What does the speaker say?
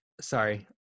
sorry